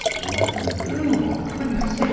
and what happens oh my goodness.